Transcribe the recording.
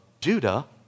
Judah